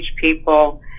people